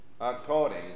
according